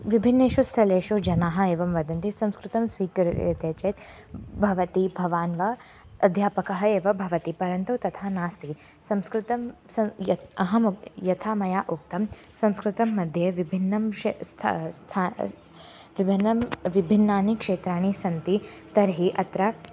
विभिन्नेषु स्थलेषु जनाः एवं वदन्ति संस्कृतं स्वीक्रियते चेत् भवती भवान् वा अध्यापकः एव भवति परन्तु तथा नास्ति संस्कृतं सं यत् अहमपि यथा मया उक्तं संस्कृतमध्ये विभिन्नं शे स्था स्था विभिन्नं विभिन्नानि क्षेत्राणि सन्ति तर्हि अत्र